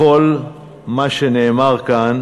לכל מה שנאמר כאן